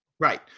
Right